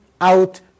out